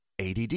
ADD